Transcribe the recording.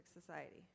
society